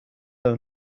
own